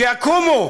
שיקומו.